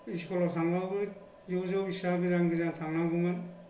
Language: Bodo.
स्कुलाव थांबाबो ज' ज' बेसिबा गोजान गोजान थांनांगौमोन